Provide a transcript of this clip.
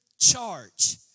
charge